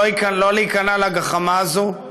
שלא להיכנע לגחמה הזאת,